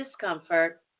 discomfort